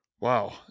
Wow